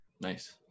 Nice